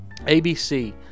ABC